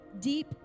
deep